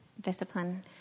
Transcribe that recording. discipline